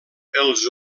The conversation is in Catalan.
els